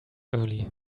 early